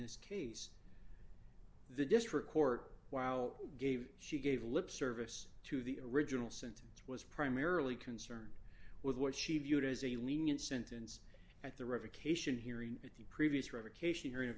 this case the district court while gave she gave lip service to the original sentence was primarily concerned with what she viewed as a lenient sentence at the revocation hearing at the previous revocation hearing